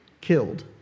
killed